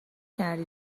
کردی